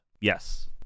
Yes